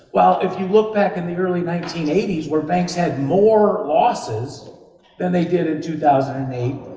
while if you look back in the early nineteen eighty s, where banks had more losses than they did in two thousand and eight,